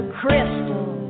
crystal